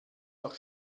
noch